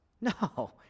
No